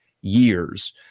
years